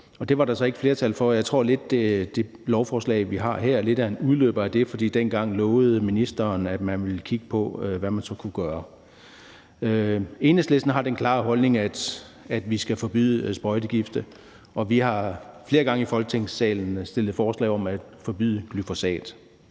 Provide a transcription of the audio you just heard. Det var der så ikke flertal for. Jeg tror, at det lovforslag, vi har her, lidt er en udløber af det, for dengang lovede ministeren, at man ville kigge på, hvad man så kunne gøre. Enhedslisten har den klare holdning, at vi skal forbyde sprøjtegifte, og vi har flere gange i Folketingssalen fremsat forslag om at forbyde glyfosat.